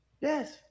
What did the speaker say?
Yes